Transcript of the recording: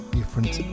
different